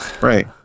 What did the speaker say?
right